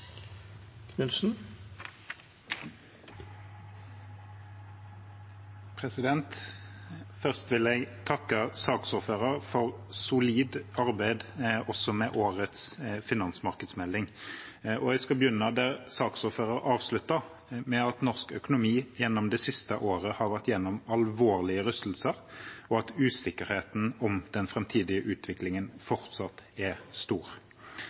Først vil jeg takke saksordføreren for solid arbeid også med årets finansmarkedsmelding. Jeg skal begynne der saksordføreren avsluttet, med at norsk økonomi gjennom det siste året har vært gjennom alvorlige rystelser, og at usikkerheten om den framtidige utviklingen fortsatt er stor.